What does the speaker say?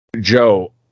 Joe